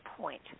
point